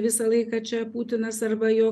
visą laiką čia putinas arba jo